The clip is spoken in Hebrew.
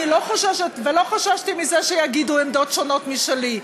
אני לא חוששת ולא חששתי שיגידו עמדות שונות משלי.